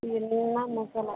என்ன மசாலா